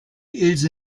ilse